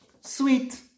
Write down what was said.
sweet